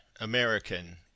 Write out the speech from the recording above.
American